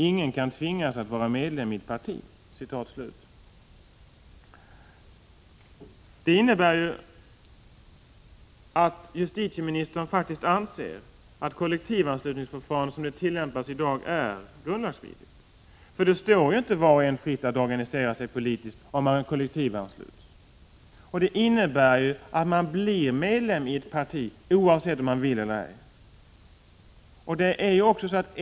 Ingen kan tvingas att vara medlem i ett parti.” Det innebär att justitieministern faktiskt anser att det kollektivanslutningsförfarande som tillämpas i dag är grundlagsvidrigt. Det står ju inte var och en fritt att organisera sig politiskt om man kollektivansluts. Detta innebär att man kan bli medlem i ett parti oavsett om man vill eller ej.